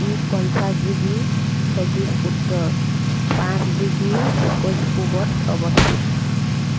ই পঞ্চাছ ডিগ্ৰী চৌবিছ উত্তৰ পাঁচ ডিগ্ৰী একৈছ পূৱত অৱস্থিত